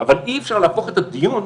אבל אי-אפשר להפוך את הדיון,